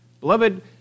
Beloved